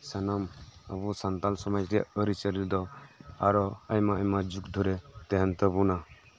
ᱥᱟᱱᱟᱢ ᱟᱵᱚ ᱥᱟᱱᱛᱟᱞ ᱥᱚᱢᱟᱡᱽ ᱨᱮᱭᱟᱜ ᱟᱨᱤᱪᱟᱞᱤ ᱫᱚ ᱟᱨᱚ ᱟᱭᱢᱟ ᱟᱭᱢᱟ ᱡᱩᱜᱽ ᱫᱷᱚᱨᱮ ᱛᱟᱦᱮᱸᱱ ᱛᱟᱵᱚᱱᱟ